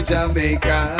Jamaica